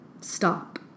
Stop